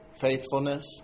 faithfulness